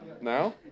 now